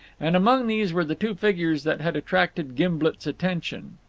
and among these were the two figures that had attracted gimblet's attention.